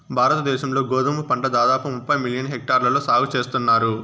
భారత దేశం లో గోధుమ పంట దాదాపు ముప్పై మిలియన్ హెక్టార్లలో సాగు చేస్తన్నారు